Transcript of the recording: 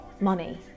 money